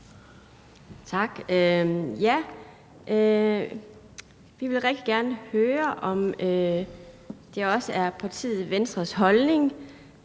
Tak. Vi vil rigtig gerne høre, om det også er partiet Venstres holdning,